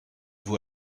vous